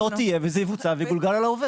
הסכמה לא תהיה וזה יבוצע ויגולגל על העובד.